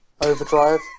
Overdrive